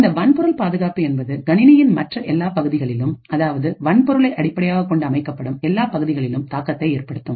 இந்த வன்பொருள் பாதுகாப்பு என்பது கணினியின் மற்ற எல்லா பகுதிகளிலும் அதாவது வன்பொருளை அடிப்படையாகக் கொண்டு அமைக்கப்படும் எல்லா பகுதிகளிலும் தாக்கத்தை ஏற்படுத்தும்